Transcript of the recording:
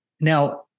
Now